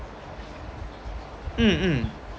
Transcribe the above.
mm mm